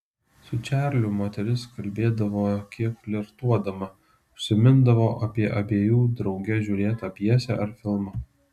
su čarliu moteris kalbėdavo kiek flirtuodama užsimindavo apie abiejų drauge žiūrėtą pjesę ar filmą